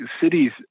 cities